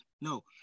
No